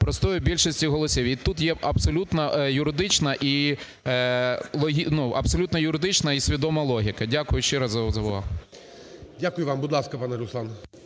простою більшістю голосів. І тут є абсолютно юридична і свідома логіка. Дякую ще раз за увагу. ГОЛОВУЮЧИЙ. Дякую вам. Будь ласка, пане Руслан.